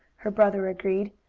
her brother agreed.